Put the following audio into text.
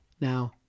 Now